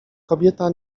kobieta